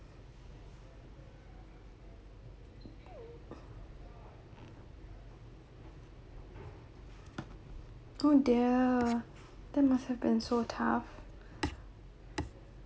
oh dear that must have been so tough